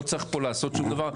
לא צריך פה לעשות שום דבר.